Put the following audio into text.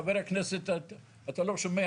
חבר הכנסת, אתה לא שומע.